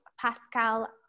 Pascal